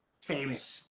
famous